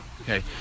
Okay